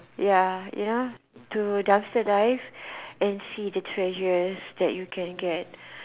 ya you know to dumpster dive and see the treasures that you can get